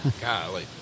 golly